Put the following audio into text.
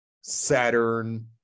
Saturn